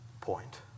point